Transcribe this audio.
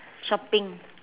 shopping